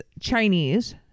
chinese